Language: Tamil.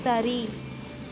சரி